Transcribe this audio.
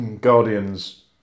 Guardians